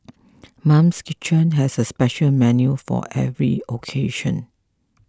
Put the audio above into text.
Mum's Kitchen has a special menu for every occasion